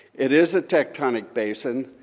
it is a tectonic basin,